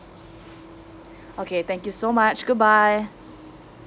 okay thank you so much goodbye